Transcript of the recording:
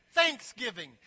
Thanksgiving